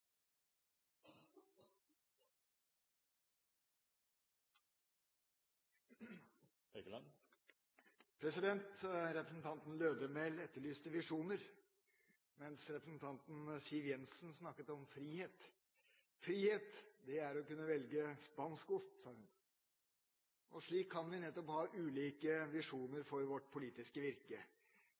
Representanten Lødemel etterlyste visjoner, mens representanten Siv Jensen snakket om frihet. Frihet er å kunne velge spansk ost, sa hun. Slik kan vi ha ulike visjoner for vårt politiske virke,